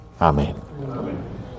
Amen